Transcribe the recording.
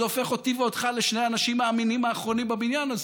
זה הופך אותי ואותך לשני האנשים האמינים האחרונים בבניין הזה.